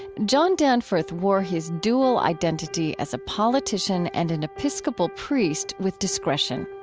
john danforth wore his dual identity as a politician and an episcopal priest with discretion.